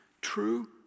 true